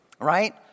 right